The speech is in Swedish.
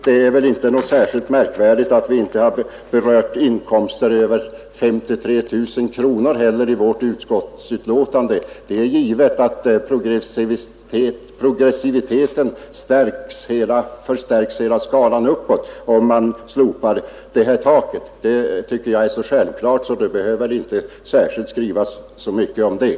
Det är väl inte heller något särskilt märkvärdigt att vi i vårt betänkande inte berört inkomster över 53 000 kronor. Det är givet att progressiviteten förstärks hela skalan upp, om man slopar taket. Det tycker jag är så självklart att man inte behöver skriva mycket om det.